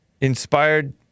Inspired